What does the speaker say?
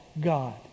God